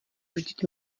vždyť